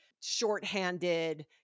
shorthanded